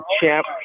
champ